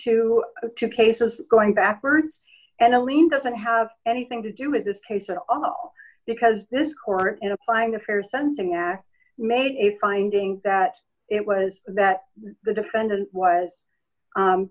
to two cases going backwards and a lean doesn't have anything to do with this case at all because this court in applying the fair sensing act made a finding that it was that the defendant was